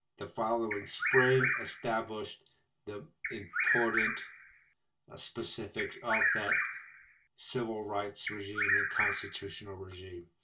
the following spring established the important ah specifics of that civil rights regime and constitutional regime,